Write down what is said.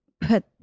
put